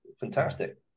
fantastic